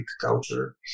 culture